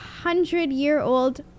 hundred-year-old